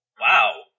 Wow